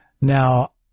Now